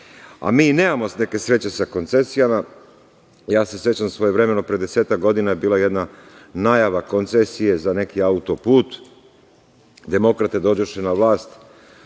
Mi i nemamo neke sreće sa koncesijama. Sećam se svojevremeno, pre 10 godina, bila je jedna najava koncesije za neki autoput, demokrate dođoše na vlast,